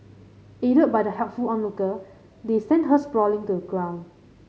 aided by the helpful onlooker they sent her sprawling to a ground